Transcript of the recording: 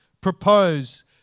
propose